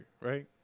right